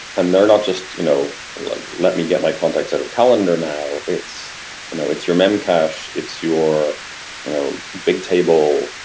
and they're not just you know like, let me get my contacts at a calendar now. it's you know it's your memcache, it's your you know big table.